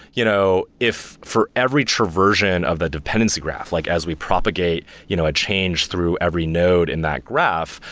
you know if for every traversion of the dependency graph, like as we propagate you know a change through every node in that graph.